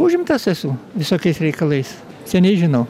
užimtas esu visokiais reikalais seniai žinau